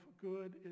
good